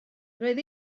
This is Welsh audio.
roedd